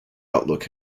outlook